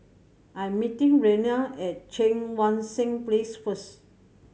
I'm meeting Raynard at Cheang Wan Seng Place first